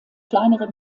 kleinere